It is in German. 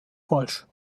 falsch